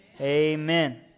Amen